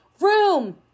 room